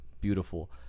beautiful